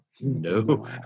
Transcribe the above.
No